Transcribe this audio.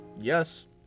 Yes